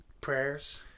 Prayers